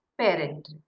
parent